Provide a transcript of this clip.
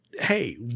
Hey